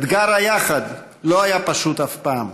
אתגר ה"יחד" לא היה פשוט אף פעם,